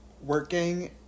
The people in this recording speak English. working